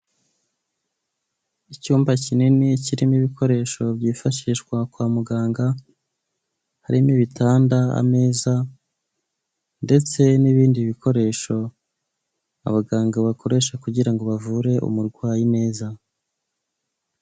Icyumba kinini kirimo ibikoresho byifashishwa kwa muganga harimo ibitanda ameza ndetse n'ibindi bikoresho abaganga bakoresha kugira ngo bavure umurwayi neza.